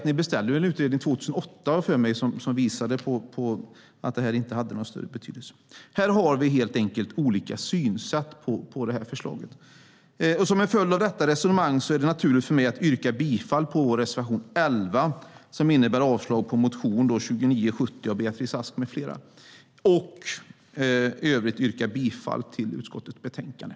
Ni beställde en utredning 2008 som visade på att det här inte hade någon större betydelse. Här har vi helt enkelt olika synsätt på förslaget. Som en följd av detta resonemang är det naturligt för mig att yrka bifall till reservation 11 som innebär avslag på motion 2970 av Beatrice Ask med flera. I övrigt yrkar jag bifall till utskottets förslag i betänkandet.